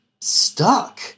stuck